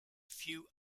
few